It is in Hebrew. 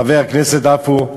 חבר הכנסת עפו,